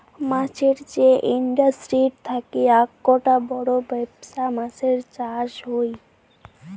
মাছের যে ইন্ডাস্ট্রি থাকি আককটা বড় বেপছা মাছের চাষ হই